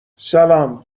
سلام